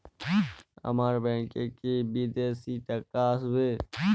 আমার ব্যংকে কি বিদেশি টাকা আসবে?